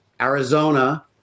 Arizona